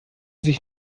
sich